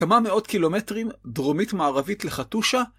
כמה מאות קילומטרים, דרומית-מערבית לחתושה.